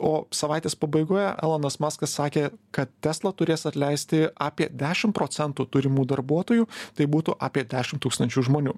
o savaitės pabaigoje elonas maskas sakė kad tesla turės atleisti apie dešim procentų turimų darbuotojų tai būtų apie dešim tūkstančių žmonių